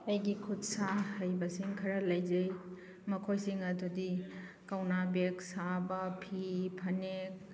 ꯑꯩꯒꯤ ꯈꯨꯠ ꯁꯥ ꯍꯩꯕꯁꯤꯡ ꯈꯔ ꯂꯩꯖꯩ ꯃꯈꯣꯏꯁꯤꯡ ꯑꯗꯨꯗꯤ ꯀꯧꯅꯥ ꯕꯦꯛ ꯁꯥꯕ ꯐꯤ ꯐꯅꯦꯛ